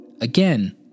Again